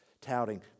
touting